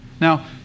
Now